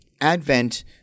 advent